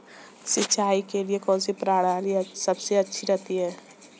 सिंचाई के लिए कौनसी प्रणाली सबसे अच्छी रहती है?